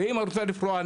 ואם רוצה לפרוע,